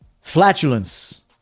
flatulence